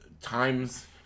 Times